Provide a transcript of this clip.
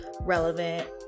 relevant